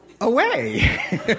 away